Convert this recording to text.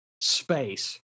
space